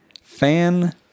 Fan-